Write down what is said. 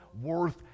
worth